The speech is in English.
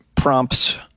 prompts